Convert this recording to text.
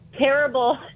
terrible